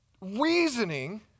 reasoning